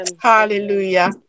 Hallelujah